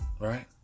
Right